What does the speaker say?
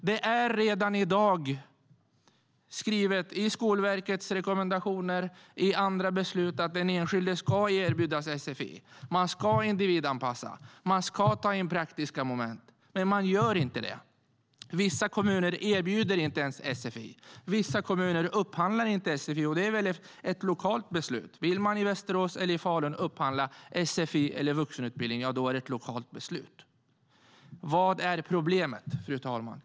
Det är redan i dag skrivet i Skolverkets rekommendationer, i andra beslut, att den enskilde ska erbjudas sfi. Man ska individanpassa, och man ska ta in praktiska moment. Men man gör inte det. Vissa kommuner erbjuder inte ens sfi. Vissa kommuner upphandlar inte sfi, och det är ett lokalt beslut. Vill man i Västerås eller i Falun upphandla sfi eller vuxenutbildning är det ett lokalt beslut. Vad är problemet, fru talman?